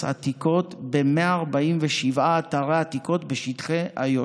עתיקות ב-147 אתרי עתיקות בשטחי איו"ש.